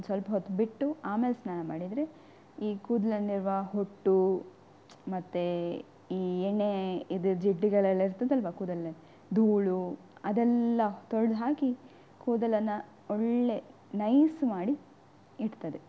ಒಂದು ಸ್ವಲ್ಪ ಹೊತ್ತು ಬಿಟ್ಟು ಆಮೇಲೆ ಸ್ನಾನ ಮಾಡಿದರೆ ಈ ಕೂದ್ಲಲ್ಲಿರುವ ಹೊಟ್ಟು ಮತ್ತೆ ಈ ಎಣ್ಣೆ ಇದು ಜಿಡ್ಡುಗಳೆಲ್ಲ ಇರ್ತದಲ್ಲವಾ ಕೂದಲಿನಲ್ಲಿ ಧೂಳು ಅದೆಲ್ಲ ತೊಡ್ದು ಹಾಕಿ ಕೂದಲನ್ನು ಒಳ್ಳೆ ನೈಸ್ ಮಾಡಿ ಇಡ್ತದೆ